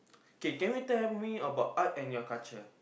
K can you tell me about art and your culture